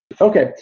Okay